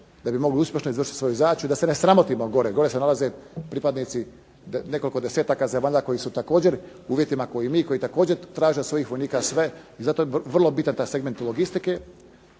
da bi uspješno mogli izvršiti svoju zadaću i da se ne sramotimo gore. Gore se nalaze pripadnici nekoliko desetaka zemalja koji su također u uvjetima kao i mi koji također traže od svojih vojnika sve. I zato je vrlo bitan taj segment logistike.